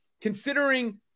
considering